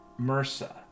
MRSA